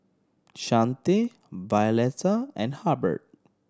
Chante Violeta and Hubbard